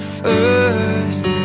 first